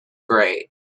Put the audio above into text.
great